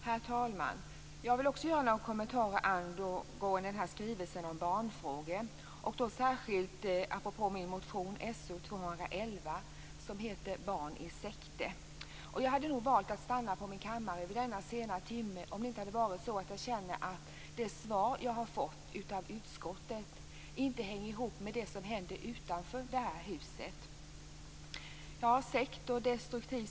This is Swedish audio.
Herr talman! Jag vill också göra några kommentarer angående skrivelsen om barnfrågor, särskilt med anledning av min motion So211, Barn i sekter. Jag hade nog valt att stanna på min kammare i denna sena timme om det inte hade varit så att jag kände att det svar som jag har fått av utskottet inte hänger ihop med det som händer utanför detta hus.